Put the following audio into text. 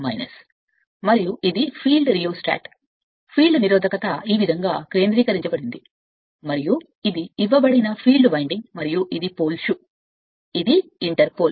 మరియు ఇది field rheostat ఫీల్డ్నిరోధకత ఈ విధంగా బీన్ కేంద్రీకరించబడింది మరియు ఇది ఇవ్వబడిన ఫీల్డ్ వైండింగ్ మరియు ఇది ఇక్కడ పోల్ షూ ఇది ఇంటర్ పోల్